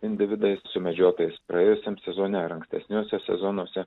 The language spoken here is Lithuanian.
individais sumedžiotais praėjusiam sezone ar ankstesniuose sezonuose